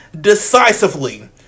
decisively